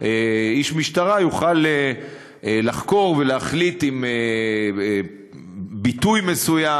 איש משטרה יוכל לחקור ולהחליט אם ביטוי מסוים,